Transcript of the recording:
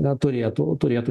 neturėtų o turėtų